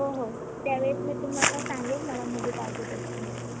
हो हो त्यावेळेस मी तुम्हाला सांगेन मला मुली पाहिजे आहेत की नाही